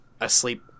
asleep